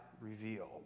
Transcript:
Revealed